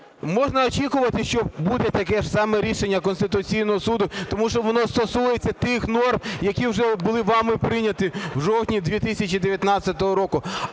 Можна очікувати, що буде таке ж саме рішення Конституційного Суду, тому що воно стосується тих норм, які вже були вами прийняті в жовтні 2019 року.